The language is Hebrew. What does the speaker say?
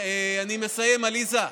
אני מסיים, עליזה.